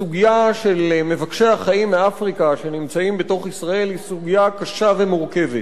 הסוגיה של מבקשי חיים מאפריקה שנמצאים בישראל היא סוגיה קשה ומורכבת.